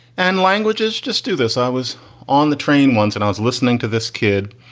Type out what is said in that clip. and languages. just do this. i was on the train once and i was listening to this kid.